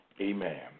Amen